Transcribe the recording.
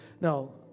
No